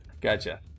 Gotcha